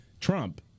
Trump